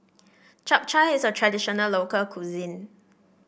Chap Chai is a traditional local cuisine